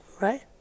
right